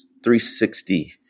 360